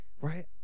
Right